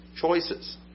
choices